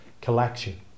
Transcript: collection